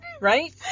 Right